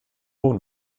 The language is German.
hohen